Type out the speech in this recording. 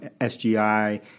SGI